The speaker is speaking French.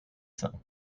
scènes